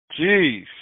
jeez